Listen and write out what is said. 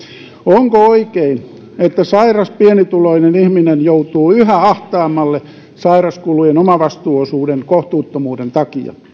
onko oikein että sairas pienituloinen ihminen joutuu yhä ahtaammalle sairaskulujen omavastuuosuuden kohtuuttomuuden takia